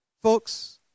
Folks